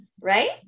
right